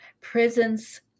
prisons